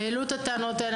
העלו את הטענות האלה,